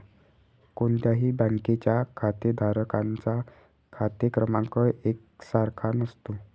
कोणत्याही बँकेच्या खातेधारकांचा खाते क्रमांक एक सारखा नसतो